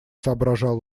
соображал